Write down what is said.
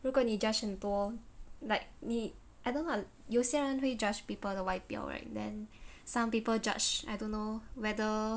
如果你 judge 很多 like 你 I don't know ah 有些人会 judge people 的外表 right then some people judge I don't know whether